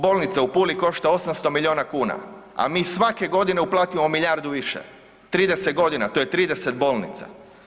Bolnica u Puli košta 800 miliona kuna, a mi svake godine uplatimo milijardu više, 30 godina to je 30 bolnica.